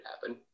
happen